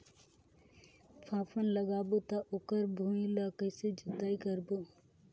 फाफण लगाबो ता ओकर भुईं ला कइसे जोताई करबो?